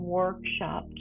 workshop